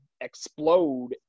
explode